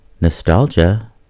Nostalgia